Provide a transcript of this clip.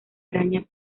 araña